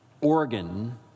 organ